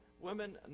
women